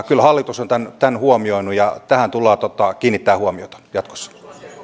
kyllä hallitus on tämän tämän huomioinut ja tähän tullaan kiinnittämään huomiota jatkossa